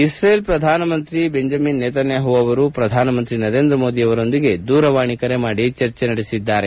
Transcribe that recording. ಇಕ್ರೇಲ್ ಪ್ರಧಾನಿ Benjamin Netanyahu ಅವರು ಪ್ರಧಾನಿ ನರೇಂದ್ರ ಮೋದಿ ಅವರಿಗೆ ದೂರವಾಣಿ ಕರೆ ಮಾಡಿ ಚರ್ಚೆ ನಡೆಸಿದ್ದಾರೆ